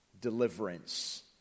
deliverance